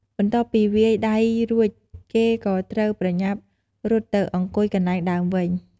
បន្ទាប់ពីវាយដៃរួចគេក៏ត្រូវប្រញាប់រត់ទៅអង្គុយកន្លែងដើមវិញ។